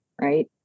right